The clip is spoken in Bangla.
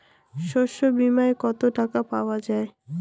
শস্য বিমায় কত টাকা পাওয়া যায়?